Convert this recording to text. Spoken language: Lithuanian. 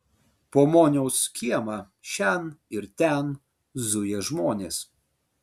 po moniaus kiemą šen ir ten zuja žmonės